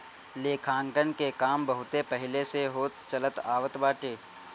लेखांकन के काम बहुते पहिले से होत चलत आवत बाटे